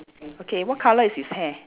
okay what colour is his hair